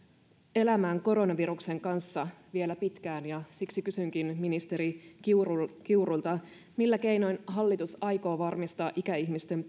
elämään koronaviruksen kanssa vielä pitkään ja siksi kysynkin ministeri kiurulta kiurulta millä keinoin hallitus aikoo varmistaa ikäihmisten